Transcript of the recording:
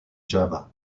java